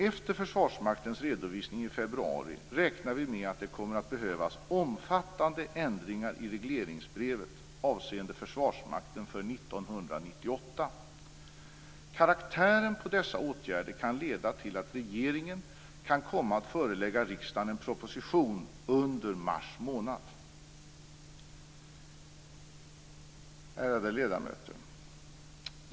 Efter Försvarsmaktens redovisning i februari räknar vi med att det kommer att behövas omfattande ändringar i regleringsbrevet avseende Försvarsmakten för 1998. Karaktären på dessa åtgärder kan leda till att regeringen kan komma att förelägga riksdagen en proposition under mars månad. Ärade ledamöter!